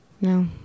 No